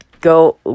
go